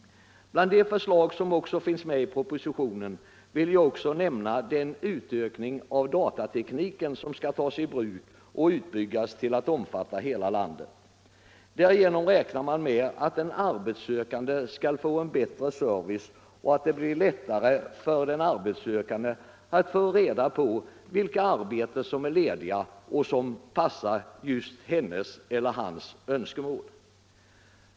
Bland de förslag som också finns i propositionen vill jag nämna ianspråktagandet av datatekniken, som skall byggas ut till att omfatta hela landet. Man räknar med att en arbetssökande därigenom skall få bättre service och att det skall bli lättare för en arbetssökande att få reda på vilka arbeten som är lediga och som passar just hennes eller hans önskemål.